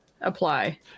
apply